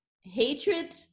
hatred